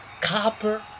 Copper